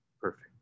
perfect